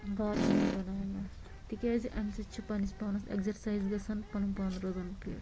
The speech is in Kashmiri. گارڈٕنِنٛگ بَناونَس تِکیٛازِ اَمہِ سۭتۍ چھِ پَننِس پانَس ایٚگزرسایز گژھان پَنُن پان روزان فِٹ